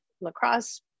lacrosse